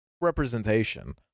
representation